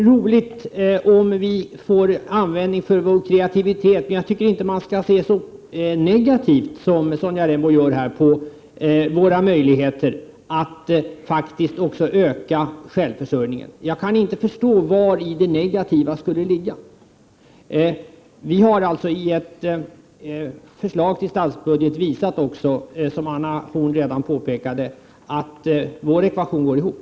Fru talman! Det är väl roligt om vi får användning för vår kreativitet. Jag tycker emellertid inte att man kan se så negativt, som Sonja Rembo gör här, på våra möjligheter att faktiskt också öka självförsörjningen. Jag kan inte förstå vari det negativa skulle ligga. I ett förslag till statsbudget har vi visat, som Anna Horn af Rantzien redan har påpekat, att vår ekvation går ihop.